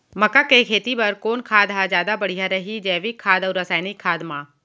मक्का के खेती बर कोन खाद ह जादा बढ़िया रही, जैविक खाद अऊ रसायनिक खाद मा?